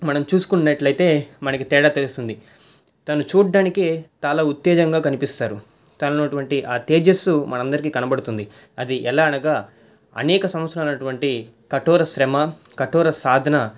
మనం చుసుకున్నట్లు అయితే మనకి తేడా తెలుస్తుంది తను చూడ్డానికి చాలా ఉత్తేజంగా కనిపిస్తాడు తనలోని ఉన్నటువంటి ఆ తేజస్సు మనందరికీ కనబడుతుంది అది ఎలా అనగా అనేక సంవత్సరాలు అయినటువంటి కఠోర శ్రమ కఠోర సాధన